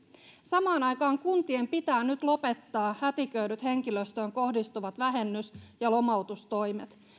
samaan aikaan kuntien pitää nyt lopettaa hätiköidyt henkilöstöön kohdistuvat vähennys ja lomautustoimet